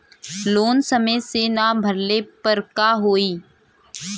Loan समय से ना भरले पर का होयी?